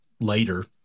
later